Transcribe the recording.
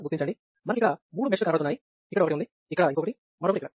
మనకి ఇక్కడ మూడు మెష్ లు కనపడుతున్నాయి ఇక్కడ ఒకటి ఉంది ఇక్కడ ఇంకోటి మరొకటి ఇక్కడ